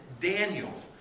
Daniel